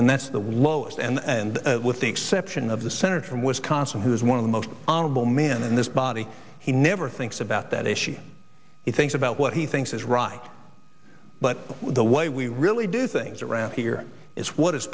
and that's the lowest and with the exception of the senator from wisconsin who is one of the most honorable men in this body he never thinks about that issue if thinks about what he thinks is right but the way we really do things around here is what is